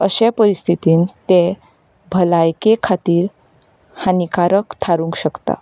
अशे परिस्थितींत तें भलायके खातीर हानिकारक थारूंक शकता